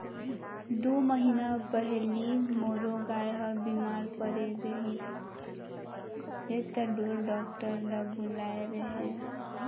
दू महीना पहिली मोरो गाय ह बिमार परे रहिस हे त ढोर डॉक्टर ल बुलाए रेहेंव